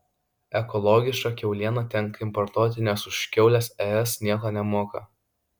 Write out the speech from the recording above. ekologišką kiaulieną tenka importuoti nes už kiaules es nieko nemoka